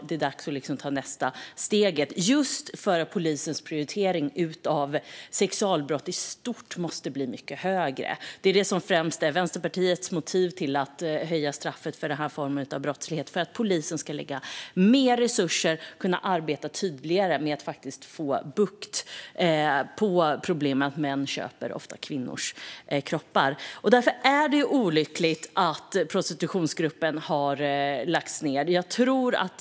Det är dags att ta nästa steg, just för att polisens prioritering av sexualbrott i stort måste bli mycket högre. Det är det som är Vänsterpartiets främsta motiv till att höja straffet för den formen av brottslighet - att polisen ska lägga mer resurser på och kunna arbeta tydligare med att få bukt med problemet att män ofta köper kvinnors kroppar. Därför är det olyckligt att prostitutionsgruppen har lagts ned.